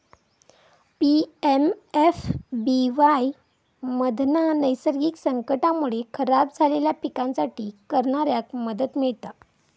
PMFBY मधना नैसर्गिक संकटांमुळे खराब झालेल्या पिकांसाठी करणाऱ्याक मदत मिळता